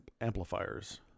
amplifiers